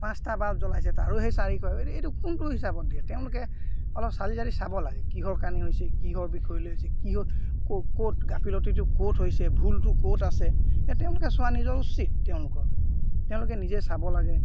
পাঁচটা বাল্ব জ্বলাইছে তাৰো সেই চাৰিশ এইটো এইটো কোনটো হিচাপত দিয়ে তেওঁলোকে অলপ চালি জাৰি চাব লাগে কিহৰ কাৰণে হৈছে কিহৰ বিষয়লৈ হৈছে কিহত ক' ক'ত গাফিলিটো ক'ত হৈছে ভুলটো ক'ত আছে এই তেওঁলোকে চোৱা নিজৰ উচিত তেওঁলোকৰ তেওঁলোকে নিজে চাব লাগে